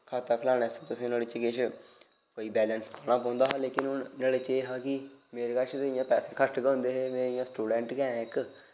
खाता खालने आस्तै तुसें नोह्ड़े च किश कोई बैलैंस पाना पौंदा हा लेकिन हून नोह्ड़े च एह् हा कि मेरे कच्छ ते इ'यां पैसे घट्ट गै होंदे हे में इ'यां स्टूडैंट गै इक